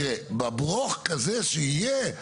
תראה, בברוך כזה שיהיה,